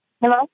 Hello